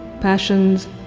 passions